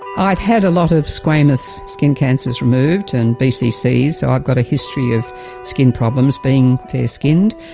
i'd had a lot of squamous skin cancers removed and bccs, so i've got a history of skin problems, being fair skinned,